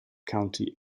county